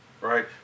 right